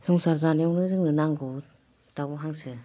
संसार जानायावनो जोंनो नांगौ दाउ हांसो